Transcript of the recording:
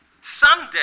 Someday